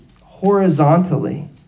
horizontally